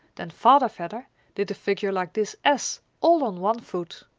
then father vedder did a figure like this s all on one foot.